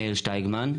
מאיר שטייגמן,